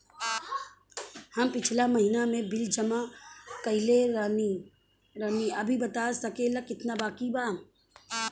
हम पिछला महीना में बिल जमा कइले रनि अभी बता सकेला केतना बाकि बा?